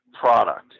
product